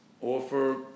offer